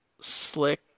slick